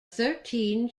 thirteen